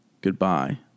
goodbye